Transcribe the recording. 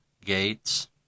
Gates